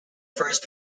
first